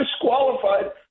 disqualified